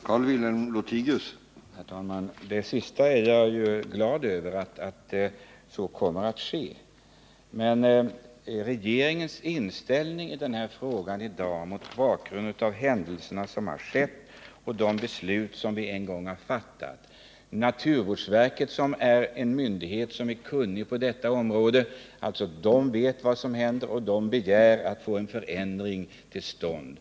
Herr talman! Det sista är jag glad över att höra; det är bra att så kommer att ske. Men jag är inte lika glad över regeringens inställning i denna fråga i dag, mot bakgrund av de händelser som har inträffat och de beslut som vi en gång har fattat. Naturvårdsverket, som är en myndighet som är sakkunnig på detta område och vet vad som händer, begär att få en förändring till stånd.